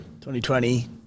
2020